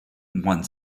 one